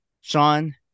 Sean